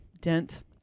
dent